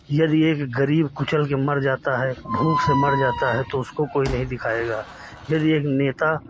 यदि एक गरीब कुचल के मर जाता है भूख से मर जाता है तो उसको कोई नहीं दिखाएगा यदि एक नेता